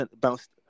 bounced